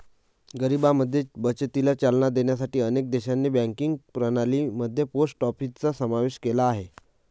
गरिबांमध्ये बचतीला चालना देण्यासाठी अनेक देशांनी बँकिंग प्रणाली मध्ये पोस्ट ऑफिसचा समावेश केला आहे